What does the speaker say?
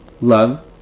love